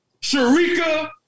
Sharika